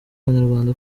banyarwanda